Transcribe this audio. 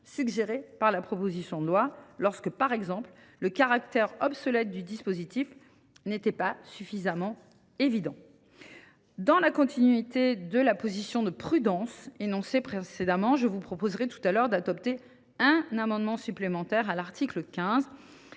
suggérées par la proposition de loi lorsque, par exemple, le caractère obsolète du dispositif n’était pas suffisamment évident. Dans la continuité de la position de prudence énoncée précédemment, je vous proposerai d’adopter un amendement supplémentaire à l’article 15